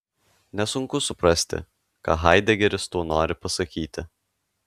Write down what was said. nesunku suprasti ką haidegeris tuo nori pasakyti